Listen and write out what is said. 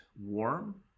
warm